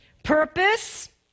Purpose